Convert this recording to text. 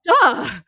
Duh